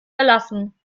verlassen